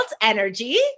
energy